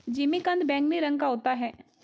जिमीकंद बैंगनी रंग का होता है